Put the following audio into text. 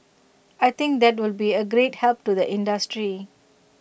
I think that will be A great help to the industry